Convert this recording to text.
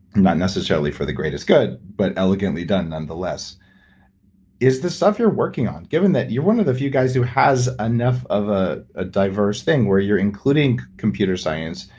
not necessarily for the greatest good, but elegantly done nonetheless is this stuff you're working on? given that you're one of the few guys who has enough of a ah diverse thing, where you're including computer science,